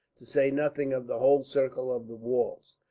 to say nothing of the whole circle of the walls.